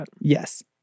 yes